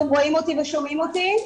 אתם רואים אותי ושומעים אותי?